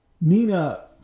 Nina